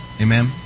Amen